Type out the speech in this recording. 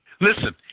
Listen